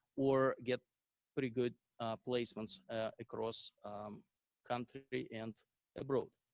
or get pretty good placements across country and abroad.